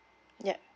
ya